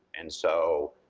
and so,